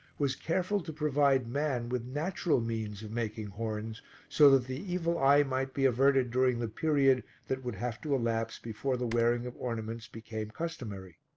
was careful to provide man with natural means of making horns so that the evil eye might be averted during the period that would have to elapse before the wearing of ornaments became customary.